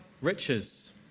riches